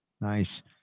nice